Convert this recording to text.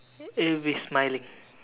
it will be smiling